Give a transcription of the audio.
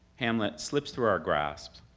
hamlet slips through our grasps,